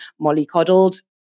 mollycoddled